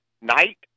night